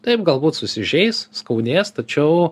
taip galbūt susižeis skaudės tačiau